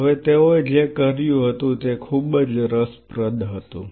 હવે તેઓએ જે કર્યું તે ખૂબ જ રસપ્રદ હતું